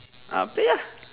uh play ah